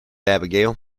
abigail